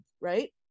right